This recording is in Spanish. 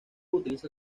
utiliza